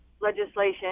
legislation